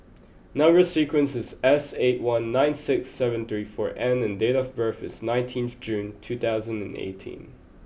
number sequence is S eight one nine six seven three four N and date of birth is nineteenth June two thousand and eighteen